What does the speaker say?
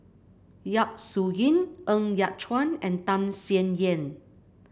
Yap Su Yin Ng Yat Chuan and Tham Sien Yen